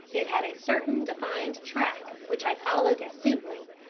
it had a certain defined track which i followed astutely,